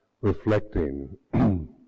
reflecting